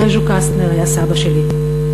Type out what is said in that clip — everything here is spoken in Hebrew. רז'ה קסטנר היה סבא שלי.